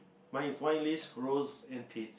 mine is wine list rose and paid